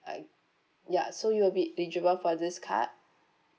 ah ya so you will be eligible for this card